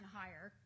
higher